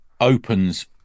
opens